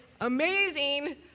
amazing